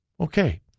Okay